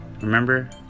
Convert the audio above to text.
Remember